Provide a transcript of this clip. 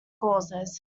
causes